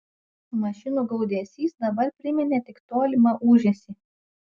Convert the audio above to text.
mašinų gaudesys dabar priminė tik tolimą ūžesį